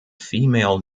female